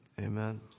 amen